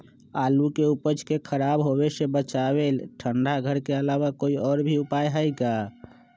आलू के उपज के खराब होवे से बचाबे ठंडा घर के अलावा कोई और भी उपाय है का?